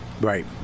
Right